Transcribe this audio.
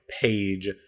page